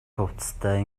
хувцастай